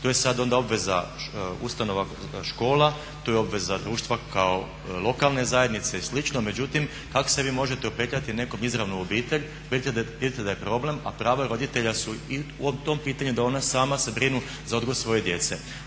To je sad onda obveza ustanova, škola tu je obveza društva kao lokalne zajednice i slično. Međutim, kako se vi možete upetljati nekom izravno u obitelj, vidite da je problem, a pravo je roditelja o tom pitanju da oni sami se brinu za odgoj svoje djece?